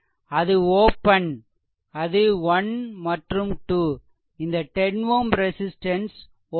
அது ஓப்பன் அது 1 மற்றும் 2 இந்த 10 Ω ரெசிஸ்ட்டன்ஸ் ஓப்பன்